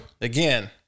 Again